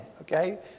okay